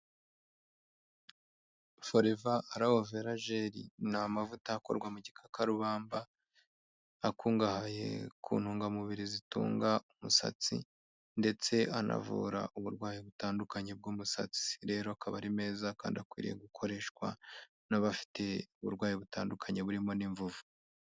Foreva alowe vera jeli ni amavuta akorwa mu gikakarubamba, akungahaye ku ntungamubiri zitunga umusatsi, ndetse anavura uburwayi butandukanye bw'umusatsi. Rero akaba ari meza kandi akwiriye gukoreshwa n'abafite uburwayi butandukanye burimo n'imvuvu.